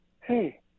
hey